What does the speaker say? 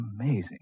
Amazing